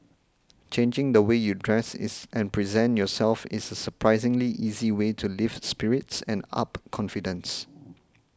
changing the way you dress is and present yourself is a surprisingly easy way to lift spirits and up confidence